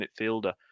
midfielder